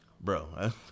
Bro